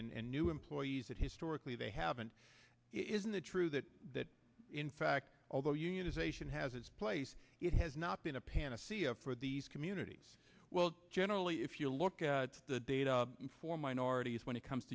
training and new employees that historically they haven't isn't it true that that in fact although unionization has its place it has not been a pan for these communities well generally if you look at the data for minorities when it comes